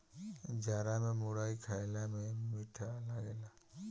जाड़ा में मुरई खईला में मीठ लागेला